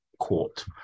court